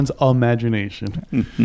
imagination